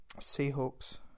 Seahawks